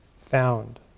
found